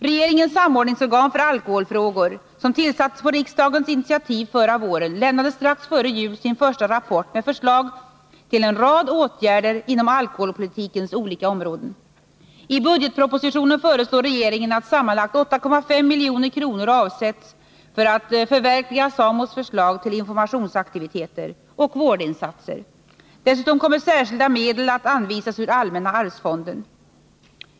Regeringens samordningsorgan för alkoholfrågor som tillsattes på riksdagens initiativ förra våren lämnade strax före jul sin första rapport med förslag till en rad åtgärder inom alkoholpolitikens olika områden. I budgetpropositionen föreslår regeringen att sammanlagt 8,5 milj.kr. avsätts för att förverkliga SAMO:s förslag till informationsaktiviteter och vårdinsatser. Dessutom kommer särskilda medel att anvisas ur allmänna arvsfonden.